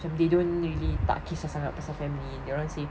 macam they don't really tak kisah sangat pasal family dia orang say